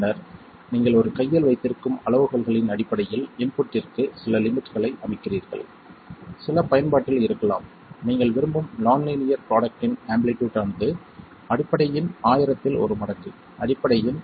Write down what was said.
பின்னர் நீங்கள் ஒரு கையில் வைத்திருக்கும் அளவுகோல்களின் அடிப்படையில் இன்புட்டிற்கு சில லிமிட்களை அமைக்கிறீர்கள் சில பயன்பாட்டில் இருக்கலாம் நீங்கள் விரும்பும் நான் லீனியர் ப்ரோடக்ட்டின் ஆம்ப்ளிடியூட் ஆனது அடிப்படையின் ஆயிரத்தில் ஒரு மடங்கு அடிப்படையின்